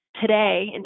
Today